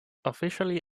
officially